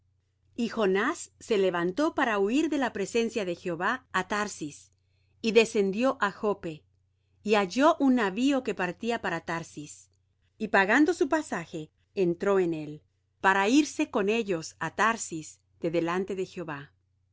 y jonás se levantó para huir de la presencia de jehová á tarsis y descendió á joppe y halló un navío que partía para tarsis y pagando su pasaje entró en él para irse con ellos á tarsis de delante de jehová